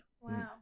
Wow